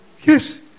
Yes